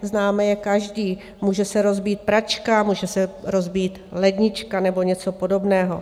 Známe je každý může se rozbít pračka, může se rozbít lednička nebo něco podobného.